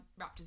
Raptors